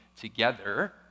together